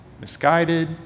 misguided